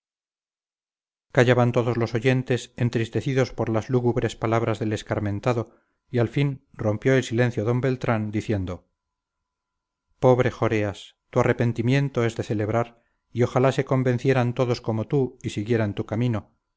sangre callaban todos los oyentes entristecidos por las lúgubres palabras del escarmentado y al fin rompió el silencio d beltrán diciendo pobre joreas tu arrepentimiento es de celebrar y ojalá se convencieran todos como tú y siguieran tu camino